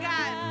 God